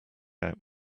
out